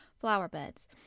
flower-beds